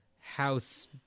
house